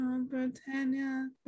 Britannia